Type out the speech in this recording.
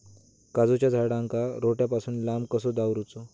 काजूच्या झाडांका रोट्या पासून लांब कसो दवरूचो?